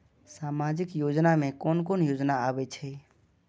सामाजिक योजना में कोन कोन योजना आबै छै?